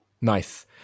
Nice